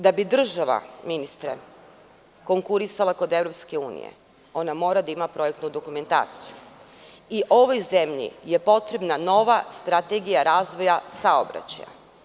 Da bi država, ministre, konkurisala kod EU, ona mora da ima projektnu dokumentaciju i ovoj zemlji je potrebna nova strategija razvoja saobraćaja.